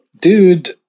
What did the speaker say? dude